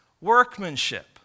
workmanship